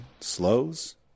slows